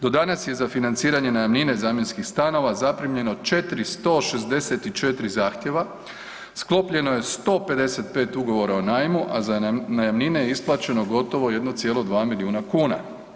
Do danas je za financiranje najamnine zamjenskih stanova zaprimljeno 464 zahtjeva, sklopljeno je 155 ugovora o najmu, a za najamnine isplaćeno gotovo 1,2 milijuna kuna.